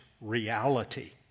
reality